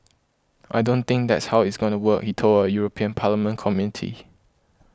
I don't think that's how it's gonna work he told a European Parliament Committee